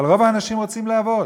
אבל רוב האנשים רוצים לעבוד,